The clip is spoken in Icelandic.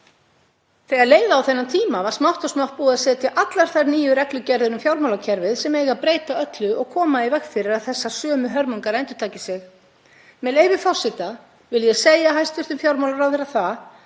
Þegar leið á þennan tíma var smátt og smátt búið að setja allar þær nýju reglugerðir um fjármálakerfið sem eiga að breyta öllu og koma í veg fyrir að þessar sömu hörmungar endurtaki sig. Með leyfi forseta, vil ég segja hæstv. fjármálaráðherra það